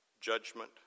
judgment